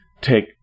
take